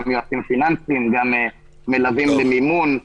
גם יועצים פיננסיים וגם מלווים במימון.